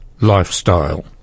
lifestyle